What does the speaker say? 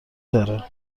داره